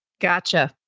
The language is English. Gotcha